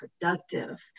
productive